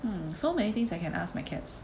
hmm so many things I can ask my cats